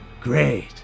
Great